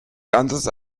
ganzes